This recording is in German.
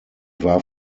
war